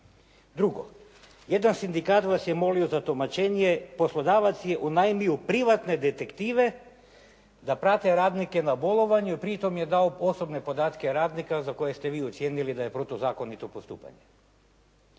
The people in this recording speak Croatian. Drugo, jedan sindikat vas je molio za tumačenje. Poslodavac je unajmio privatne detektive da prate radnike na bolovanju i pri tom je dao osobne podatke radnika za koje ste vi ocijenili da je protuzakonito postupanje.